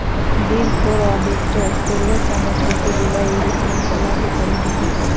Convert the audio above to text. big four auditor पूर्वज संगठन के विलय के ईगो श्रृंखला के परिणाम हइ